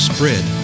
Spread